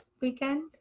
weekend